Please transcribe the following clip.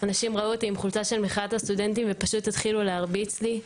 אנשים ראו אותי בחולצה של מחאת הסטודנטים ופשוט התחילו להרביץ לי.